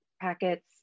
packets